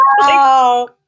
Wow